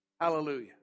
Hallelujah